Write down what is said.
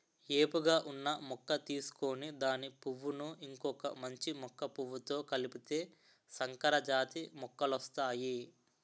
ఏపుగా ఉన్న మొక్క తీసుకొని దాని పువ్వును ఇంకొక మంచి మొక్క పువ్వుతో కలిపితే సంకరజాతి మొక్కలొస్తాయి